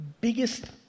biggest